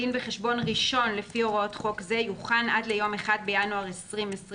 דין וחשבון ראשון לפי הוראות חוק זה יוכן עד ליום 1 בינואר 2011,